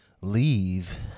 leave